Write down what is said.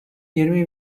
yirmi